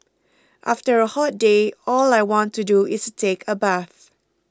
after a hot day all I want to do is take a bath